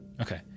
Okay